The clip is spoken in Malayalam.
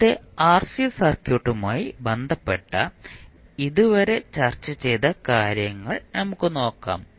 കൂടാതെ ആർസി സർക്യൂട്ടുമായി ബന്ധപ്പെട്ട ഇതുവരെ ചർച്ച ചെയ്ത കാര്യങ്ങൾ നമുക്ക് നോക്കാം